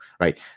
right